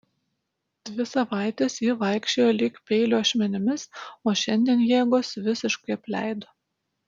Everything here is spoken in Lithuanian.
dvi savaites ji vaikščiojo lyg peilio ašmenimis o šiandien jėgos visiškai apleido